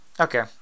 Okay